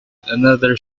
another